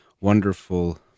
wonderful